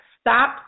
stop